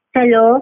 Hello